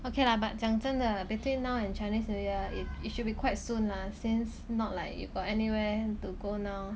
okay lah but 讲真的 between now and chinese new year it it should be quite soon lah since not like you got anywhere to go now